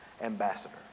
ambassador